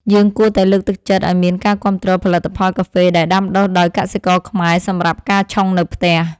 យើងគួរតែលើកទឹកចិត្តឱ្យមានការគាំទ្រផលិតផលកាហ្វេដែលដាំដុះដោយកសិករខ្មែរសម្រាប់ការឆុងនៅផ្ទះ។